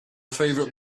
favorite